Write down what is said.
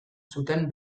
zuten